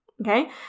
okay